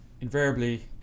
invariably